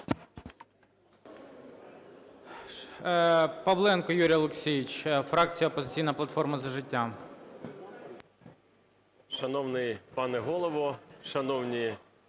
Павленко Юрій Олексійович, фракція "Опозиційна платформа - За життя".